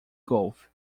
golfe